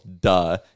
Duh